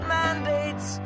mandates